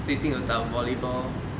最近有打 volleyball lor